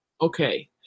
Okay